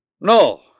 No